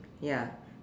ya